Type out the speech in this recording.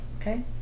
okay